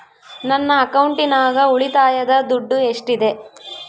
ನನ್ನ ಅಕೌಂಟಿನಾಗ ಉಳಿತಾಯದ ದುಡ್ಡು ಎಷ್ಟಿದೆ?